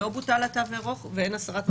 לא בוטל התו הירוק ואין הסרת מסכות במרחבים סגורים.